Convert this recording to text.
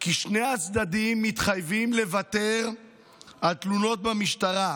כי שני הצדדים מתחייבים לוותר על תלונות במשטרה,